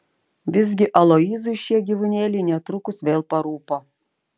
visgi aloyzui šie gyvūnėliai netrukus vėl parūpo